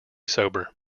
sober